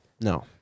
No